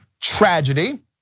tragedy